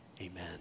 Amen